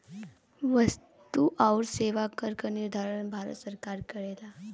वस्तु आउर सेवा कर क निर्धारण भारत सरकार करेला